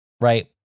right